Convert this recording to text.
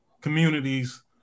communities